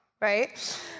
right